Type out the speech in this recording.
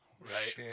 Right